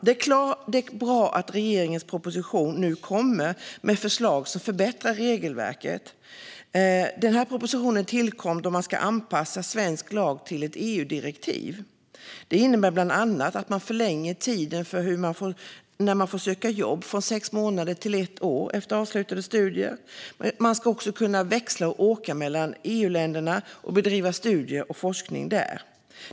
Det är bra att regeringens proposition nu kommer och att den innehåller förslag som förbättrar regelverket. Propositionen tillkom för att svensk lag ska anpassas till ett EU-direktiv, och det innebär bland annat att tiden för när man får söka jobb efter avslutade studier förlängs från sex månader till ett år. Man ska också kunna växla och åka mellan EU-länderna för att bedriva studier och forskning där.